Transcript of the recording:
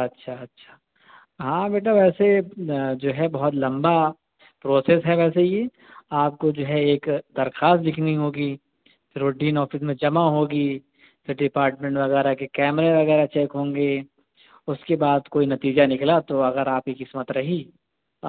اچھا اچھا ہاں بیٹا ویسے جو ہے بہت لمبا پروسیس ہے وہیسے یہ آپ کو جو ہے ایک درخواست لکھنی ہوگی پھر وہ ڈین آفس میں جمع ہوگی پھر ڈپارٹمنٹ وغیرہ کے کیمرے وغیرہ چیک ہوں گے اُس کے بعد کوئی نتیجہ نکلا تو اگر آپ کی قسمت رہی